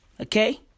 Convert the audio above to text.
okay